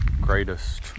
greatest